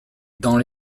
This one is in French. dans